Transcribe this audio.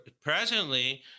Presently